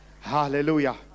Hallelujah